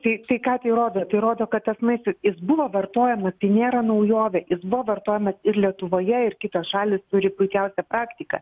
tai tai ką tai rodo tai rodo kad tas maistas jis buvo vartojamas tai nėra naujovė jis buvo vartojamas ir lietuvoje ir kitos šalys turi puikiausią praktiką